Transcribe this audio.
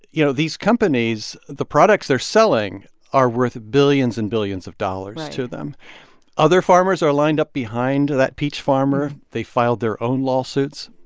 you know, these companies the products they're selling are worth billions and billions of dollars. right. to them other farmers are lined up behind that peach farmer. they filed their own lawsuits.